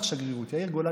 "ויהי בימי אחשורוש,